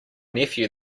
nephew